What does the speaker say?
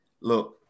look